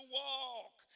walk